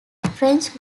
french